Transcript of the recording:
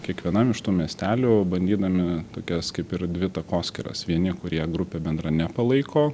kiekvienam iš tų miestelių bandydami tokias kaip ir dvi takoskyras vieni kurie grupė bendra nepalaiko